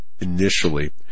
initially